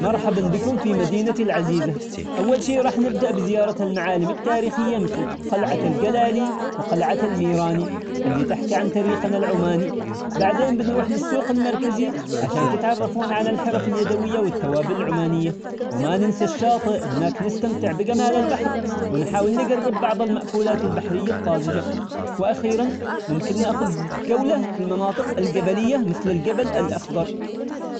مرحبا بكم في مدينتي العزيزة، أول شي راح نبدأ بزيارة المعالم التاريخية مثل قل- قلعة الجلالي وقلعة الميراني، اللي تحكي عن تاريخنا العماني، بعدين بنروح للسوق المركزي عشان تتعرفون على الحرف اليدوية والتوابل العمانية، وما ننسى الشاطئ، هناك نستمتع بجمال البحر ونحاول نجرب بعض المأكولات البحرية الطازجة. وأخيرا ممكن نأخذ جـ ـ جولة في المناطق الجبلية مثل الجبل الأخضر.